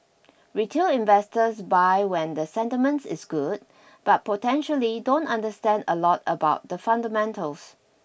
retail investors buy when the sentiment is good but potentially don't understand a lot about the fundamentals